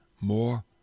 more